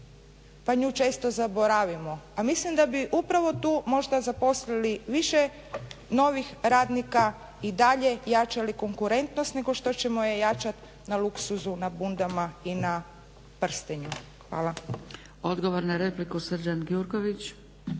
pa nju često zaboravimo, a mislim da bi upravo tu možda zaposlili više novih radnika i dalje jačali konkurentnost, nego što ćemo jačati na luksuzu na bundama i na prstenju. Hvala. **Zgrebec, Dragica (SDP)** Odgovor na repliku, Srđan Gjurković.